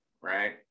right